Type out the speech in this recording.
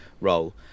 role